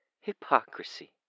Hypocrisy